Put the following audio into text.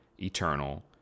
eternal